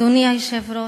אדוני היושב-ראש,